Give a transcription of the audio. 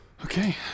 Okay